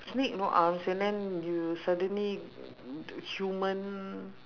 snake no arms and then you suddenly human